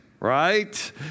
Right